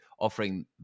offering